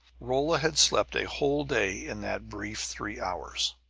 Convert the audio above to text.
rolla had slept a whole day in that brief three hours.